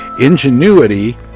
Ingenuity